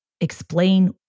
explain